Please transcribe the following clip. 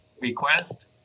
request